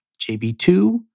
JB2